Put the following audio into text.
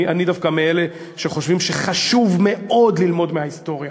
אני דווקא מאלה שחושבים שחשוב מאוד ללמוד מההיסטוריה.